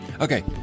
Okay